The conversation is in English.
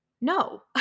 No